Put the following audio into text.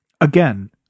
again